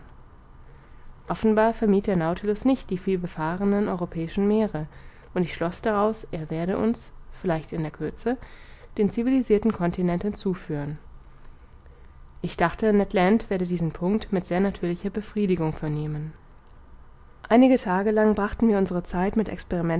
offenbar vermied der nautilus nicht die vielbefahrenen europäischen meere und ich schloß daraus er werde uns vielleicht in der kürze den civilisirten continenten zuführen ich dachte ned land werde diesen punkt mit sehr natürlicher befriedigung vernehmen einige tage lang brachten wir unsere zeit mit